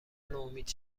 نومید